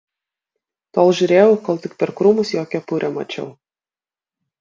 tol žiūrėjau kol tik per krūmus jo kepurę mačiau